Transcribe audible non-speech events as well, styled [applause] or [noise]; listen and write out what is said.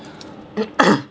[noise]